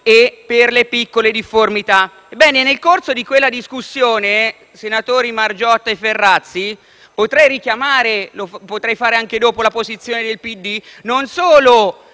e per le piccole difformità. Ebbene, nel corso di quella discussione, senatori Margiotta e Ferrazzi (potrei richiamare anche dopo la posizione del PD) non solo